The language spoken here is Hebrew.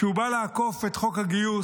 שבא לעקוף את חוק הגיוס,